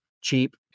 cheap